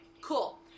cool